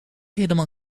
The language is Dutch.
helemaal